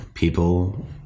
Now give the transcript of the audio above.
people